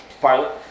pilot